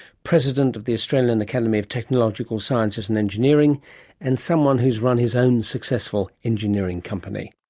president of the australian academy of technological sciences and engineering and someone who's run his own successful engineering company.